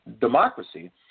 democracy